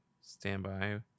Standby